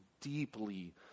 deeply